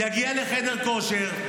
הוא יגיע לחדר כושר,